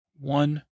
one